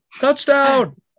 Touchdown